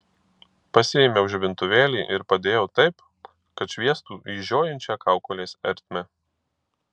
pasiėmiau žibintuvėlį ir padėjau taip kad šviestų į žiojinčią kaukolės ertmę